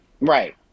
Right